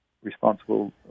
Responsible